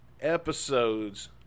episodes